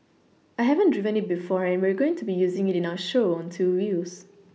I haven't driven it before and we're going to be using it in our show on two wheels